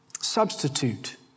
substitute